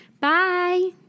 Bye